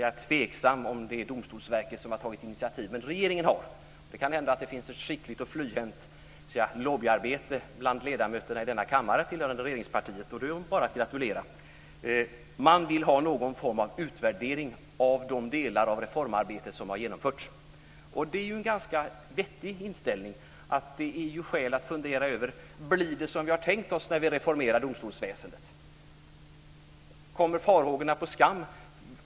Jag är tveksam om det är Domstolsverket som har tagit initiativet; det är möjligt att det görs ett skickligt och flyhänt lobbyarbete bland ledamöterna i denna kammare tillhörande regeringspartiet, och då är de bara att gratulera. Regeringen vill sent omsider ha någon form av utvärdering av de delar av reformarbetet som har genomförts. Det är en ganska vettig inställning att det finns skäl att fundera över detta: Blir det som vi har tänkt oss när vi reformerar domstolsväsendet? Kommer farhågorna på skam?